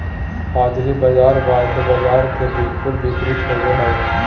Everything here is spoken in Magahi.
हाज़िर बाज़ार वायदा बाजार के बिलकुल विपरीत होबो हइ